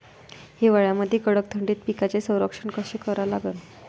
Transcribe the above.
हिवाळ्यामंदी कडक थंडीत पिकाचे संरक्षण कसे करा लागन?